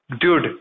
dude